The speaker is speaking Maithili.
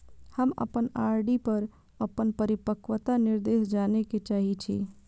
हम अपन आर.डी पर अपन परिपक्वता निर्देश जाने के चाहि छी